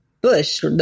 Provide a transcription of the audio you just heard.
Bush